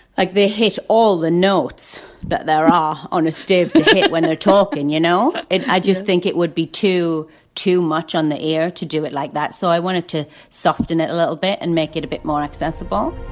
like, they hit all the notes that there are on a stage when they're talking, and you know? and i just think it would be too too much on the air to do it like that. so i wanted to soften it a little bit and make it a bit more accessible